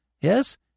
Yes